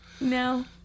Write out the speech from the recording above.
No